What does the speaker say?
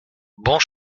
bons